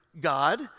God